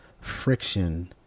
friction